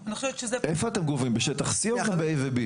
אני חושב שאתה טועה, כי כל מחוז ש"י מונה 1,300